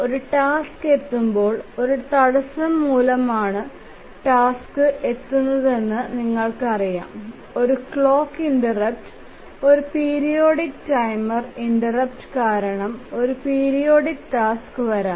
ഒരു ടാസ്ക് എത്തുമ്പോൾ ഒരു തടസ്സം മൂലമാണ് ടാസ്ക് എത്തുന്നതെന്ന് നിങ്ങൾക് അറിയാം ഒരു ക്ലോക്ക് ഇന്ററപ്റ്റ് ഒരു പീരിയോഡിക് ടൈമർ ഇന്ററപ്റ്റ് കാരണം ഒരു പീരിയോഡിക് ടാസ്ക് വരാം